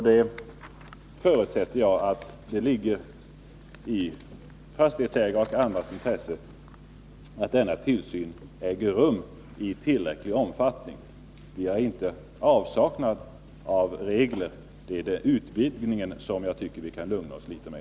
Jag förutsätter att det ligger i en fastighetsägares och andra berördas intresse att denna tillsyn äger rum i tillräcklig omfattning. Vi är inte i avsaknad av regler. Det är utvidgningen jag tycker att vi skall lugna oss litet med.